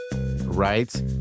right